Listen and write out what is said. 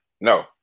No